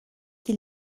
qui